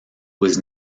was